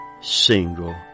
single